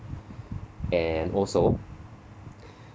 and also